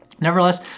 Nevertheless